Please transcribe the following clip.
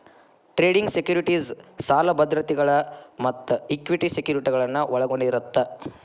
trading securities ಸಾಲ ಭದ್ರತೆಗಳ ಮತ್ತ ಇಕ್ವಿಟಿ ಸೆಕ್ಯುರಿಟಿಗಳನ್ನ ಒಳಗೊಂಡಿರತ್ತ